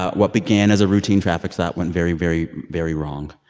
ah what began as a routine traffic stop went very, very, very wrong.